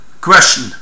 question